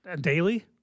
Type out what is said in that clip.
daily